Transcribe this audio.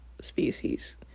species